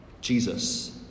Jesus